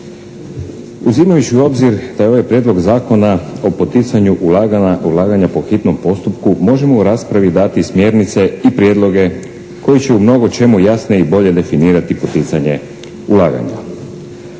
Uzimajući u obzir da je ovaj Prijedlog Zakona o poticanju ulaganja po hitnom postupku možemo u raspravi dati smjernice i prijedloge koji će u mnogo čemu jasnije i bolje definirati poticanje ulaganja.